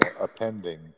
appending